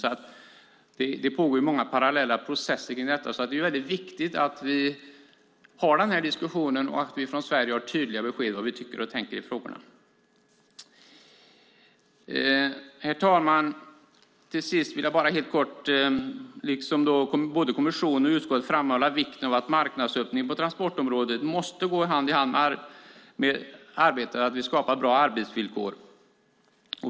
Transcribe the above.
Det pågår alltså många parallella processer kring detta. Det är därför viktigt att vi har denna diskussion och att vi från Sverige ger tydliga besked om vad vi tycker och tänker i frågorna. Till sist vill jag bara helt kortfattat, liksom både kommissionen och utskottet, framhålla vikten av att marknadsöppningen på transportområdet måste gå hand i hand med arbetet med att skapa bra arbetsvillkor.